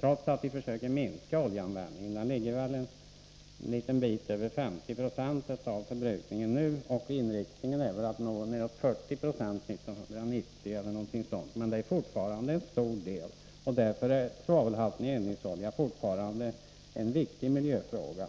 trots att vi försöker minska oljeanvändningen. Oljan täcker en liten bit över 50 96 av energiförbrukningen. Inriktningen är ungefär 40 90 år 1990. Men fortfarande utgör oljan en stor del av förbrukningen. Därför är svavelhalten i olja fortfarande en viktig miljöfråga.